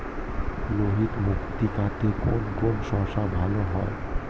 লোহিত মৃত্তিকাতে কোন কোন শস্য ভালো হয়?